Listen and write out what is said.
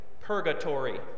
purgatory